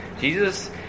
Jesus